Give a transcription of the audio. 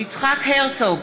יצחק הרצוג,